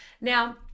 Now